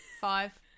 Five